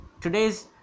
today's